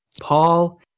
paul